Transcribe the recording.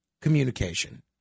communication